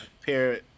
pair